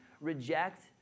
reject